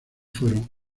fueron